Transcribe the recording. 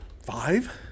Five